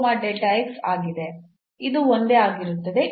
ಇದು ಒಂದೇ ಆಗಿರುತ್ತದೆ